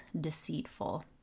deceitful